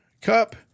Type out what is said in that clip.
Cup